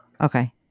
Okay